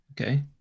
okay